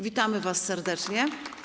Witamy was serdecznie.